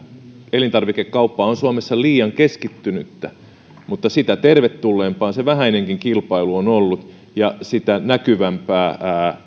elintarvikekauppa on suomessa liian keskittynyttä mutta sitä tervetulleempaa se vähäinenkin kilpailu on ollut ja sitä näkyvämpää